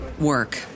work